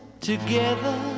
Together